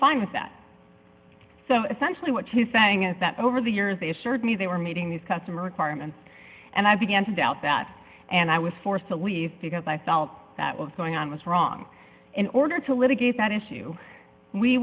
fine with that so essentially what she's saying is that over the years they assured me they were meeting these customer requirements and i began to doubt that and i was forced to leave because i felt that was going on was wrong in order to litigate that issue we